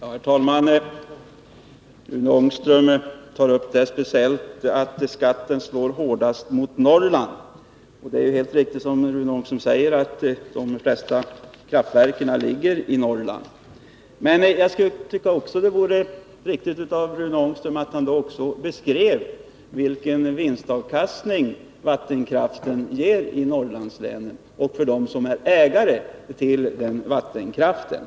Herr talman! Rune Ångström sade att skatten slår hårdast mot Norrland. Det är helt riktigt, som Rune Ångström säger, att de flesta kraftverken ligger i Norrland. Men jag tycker att det hade varit riktigt om Rune Ångström talat om vilken vinst vattenkraften i Norrlandslänen ger dem som äger vatten 183 kraften.